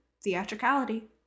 theatricality